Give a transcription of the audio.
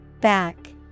Back